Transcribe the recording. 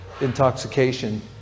intoxication